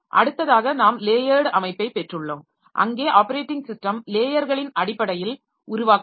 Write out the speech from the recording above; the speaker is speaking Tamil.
அடுத்ததாக நாம் லேயர்ட் அமைப்பை பெற்றுள்ளோம் அங்கே ஆப்பரேட்டிங் சிஸ்டம் லேயர்களின் அடிப்படையில் உருவாக்கப்படும்